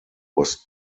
was